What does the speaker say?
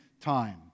time